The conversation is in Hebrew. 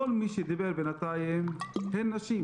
כל מי שדיבר בינתיים הן נשים